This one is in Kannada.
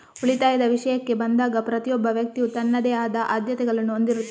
ಉಳಿತಾಯದ ವಿಷಯಕ್ಕೆ ಬಂದಾಗ ಪ್ರತಿಯೊಬ್ಬ ವ್ಯಕ್ತಿಯು ತನ್ನದೇ ಆದ ಆದ್ಯತೆಗಳನ್ನು ಹೊಂದಿರುತ್ತಾನೆ